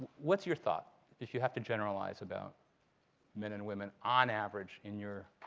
what's your thought if you have to generalize about men and women on average in your